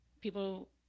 People